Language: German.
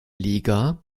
liga